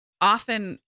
often